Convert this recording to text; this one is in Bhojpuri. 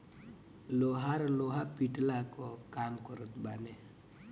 लोहार लोहा पिटला कअ काम करत बाने